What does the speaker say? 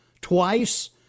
twice